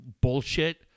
bullshit